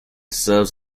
serves